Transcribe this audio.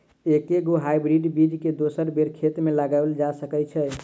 एके गो हाइब्रिड बीज केँ दोसर बेर खेत मे लगैल जा सकय छै?